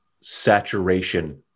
saturation